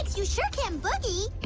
you sure can boogie